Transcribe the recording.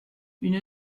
une